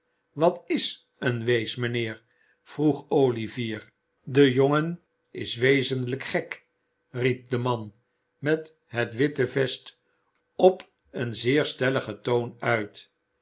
wat is een wees mijnheer vroeg olivier de jongen is wezenlijk gek riep de man met het witte vest op een zeer stelligen toon uit